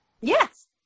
Yes